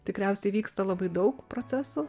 tikriausiai vyksta labai daug procesų